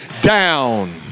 down